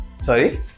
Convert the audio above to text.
Sorry